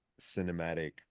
cinematic